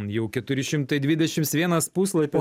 jau keturi šimtai dvidešims vienas puslapis